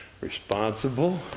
responsible